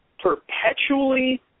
perpetually